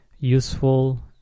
...useful